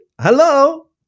Hello